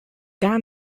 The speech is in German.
gar